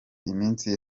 iminsi